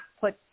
put